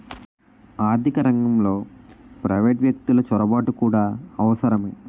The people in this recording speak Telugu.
ఆర్థిక రంగంలో ప్రైవేటు వ్యక్తులు చొరబాటు కూడా అవసరమే